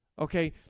Okay